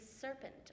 serpent